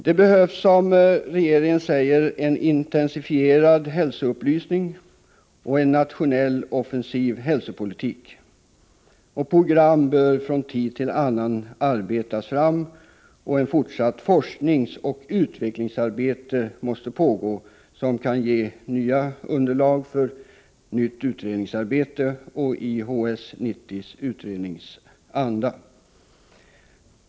Det behövs, som regeringen säger, en intensifierad hälsoupplysning och en nationell offensiv hälsopolitik. Program bör från tid till annan arbetas fram och ett fortsatt forskningsoch utvecklingsarbete måste pågå, som kan ge nytt underlag i HS 90-utredningens anda.